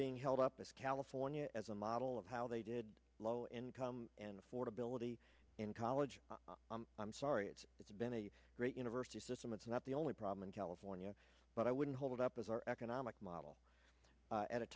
being held up as california as a model of how they did low income and affordability in college i'm sorry it's it's been a great university system it's not the only problem in california but i wouldn't hold it up as our economic model at a